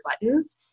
buttons